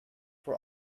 for